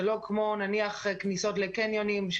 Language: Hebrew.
זה לא כמו נניח כניסות לקניונים,